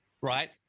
right